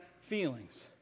feelings